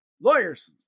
lawyers